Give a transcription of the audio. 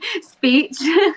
speech